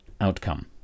outcome